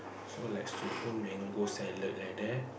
so like mango salad like that